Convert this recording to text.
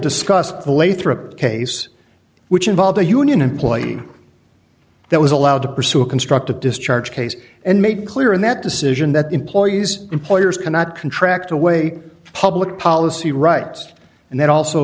a case which involved a union employee that was allowed to pursue a constructive discharge case and made clear in that decision that employees employers cannot contract away from public policy right and then also